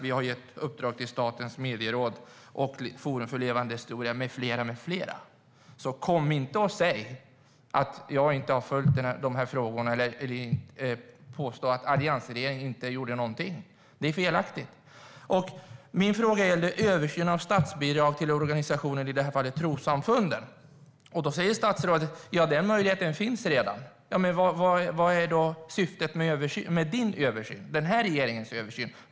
Vi har gett uppdrag till Statens medieråd, Forum för levande historia med flera. Kom inte och säg att jag inte har följt de här frågorna, statsrådet! Påstå inte att alliansregeringen inte gjorde någonting! Det är felaktigt. Min fråga gällde översyn av statsbidrag till organisationer, i det här fallet trossamfunden. Då säger statsrådet: Ja, den möjligheten finns redan. Vad är då syftet med den här regeringens översyn?